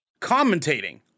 commentating